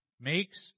makes